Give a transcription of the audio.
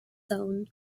own